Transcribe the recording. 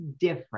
different